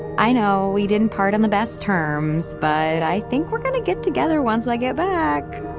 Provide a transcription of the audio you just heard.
i know we didn't part on the best terms but i think we're going to get together once i get back.